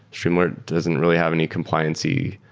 streamalert doesn't really have any compliancy,